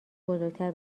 بزرگتر